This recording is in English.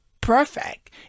perfect